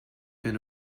been